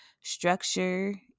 structure